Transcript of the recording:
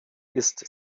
ist